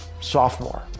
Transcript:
sophomore